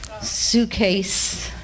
Suitcase